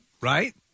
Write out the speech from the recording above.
Right